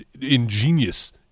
ingenious